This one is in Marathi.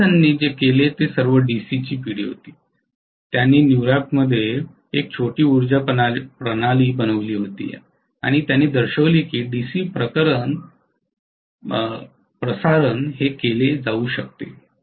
एडिसनने जे केले ते सर्व डीसी ची पिढी होते त्याने न्यूयॉर्कमध्ये एक छोटी उर्जा प्रणाली बनविली होती आणि त्याने दर्शविले की डीसी प्रसारण केले जाऊ शकते